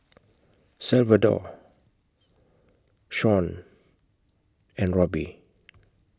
Salvador Shon and Robbie